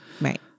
Right